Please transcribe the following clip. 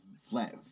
flat